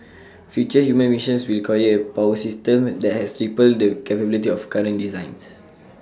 future human missions will require A power system that has triple the capability of current designs